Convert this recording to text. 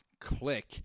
click